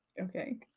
Okay